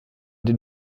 den